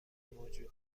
موجود